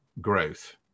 growth